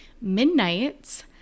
Midnight's